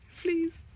please